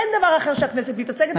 אין דבר אחר שהכנסת מתעסקת בו,